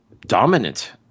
dominant